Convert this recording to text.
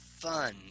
fun